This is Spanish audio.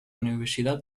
universidad